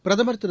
பிரதமர் திரு